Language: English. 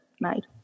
made